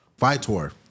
Vitor